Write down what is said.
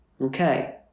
Okay